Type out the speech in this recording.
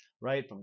right